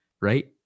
right